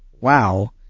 wow